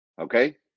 okay